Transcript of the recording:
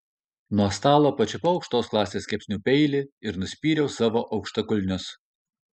nuo stalo pačiupau aukštos klasės kepsnių peilį ir nusispyriau savo aukštakulnius